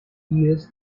years